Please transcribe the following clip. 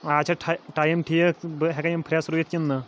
آز چھا ٹایِم ٹھیٖک بہٕ ہیٚکاہ یِم فرٛیٚس رُیِتھ کِنہٕ نہٕ